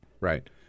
Right